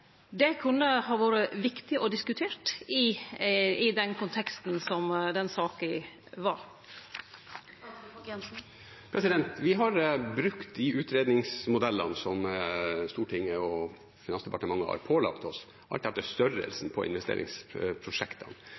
Det kunne ha vore viktig å ha diskutert i den konteksten som den saka var i. Vi har brukt de utredningsmodellene som Stortinget og Finansdepartementet har pålagt oss, alt etter størrelsen på investeringsprosjektene.